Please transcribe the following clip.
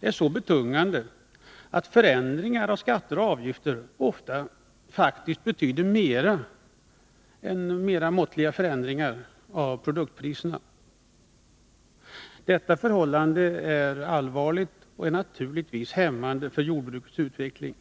är så betungande att förändringar av skatter och avgifter faktiskt ofta betyder mer än måttliga förändringar av produktpriserna. Detta förhållande är allvarligt, och det är naturligtvis hämmande för jordbrukets utveckling.